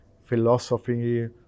philosophy